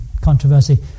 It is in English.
controversy